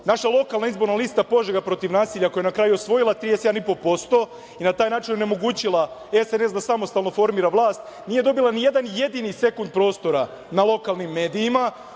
lokalna izborna lista „Požega protiv nasilja“ koja je na kraju osvojila 31,5% i na taj način onemogućila SNS da samostalno formira vlast, nije dobila ni jedan jedini sekund prostora na lokalnim medijima,